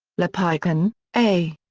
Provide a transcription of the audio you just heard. le pichon, a.